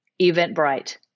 Eventbrite